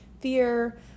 fear